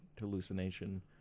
hallucination